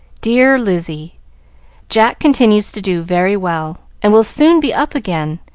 dear lizzie jack continues to do very well, and will soon be up again.